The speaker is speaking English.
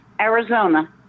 Arizona